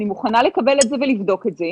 אני מוכנה לקבל את זה ולבדוק את זה,